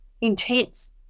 intense